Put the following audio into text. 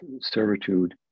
servitude